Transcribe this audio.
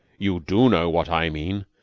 you do know what i mean.